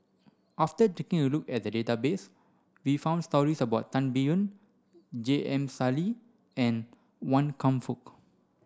after taking a look at the database we found stories about Tan Biyun J M Sali and Wan Kam Fook